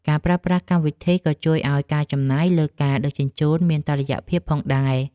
ការប្រើប្រាស់កម្មវិធីក៏ជួយឱ្យការចំណាយលើការដឹកជញ្ជូនមានតុល្យភាពផងដែរ។